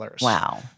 Wow